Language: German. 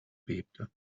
bebte